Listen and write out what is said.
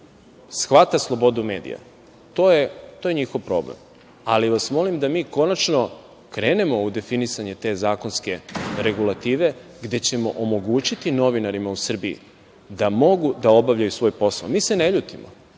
shvata slobodu medija, to je njihov problem. Ali vas molim da mi konačno krenemo u definisanje te zakonske regulative, gde ćemo omogućiti novinarima u Srbiji da mogu da obavljaju svoj posao. Mi se ne ljutimo.